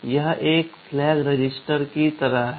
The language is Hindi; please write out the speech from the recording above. यह एक फ्लैग रजिस्टर की तरह है